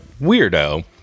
weirdo